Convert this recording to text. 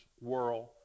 world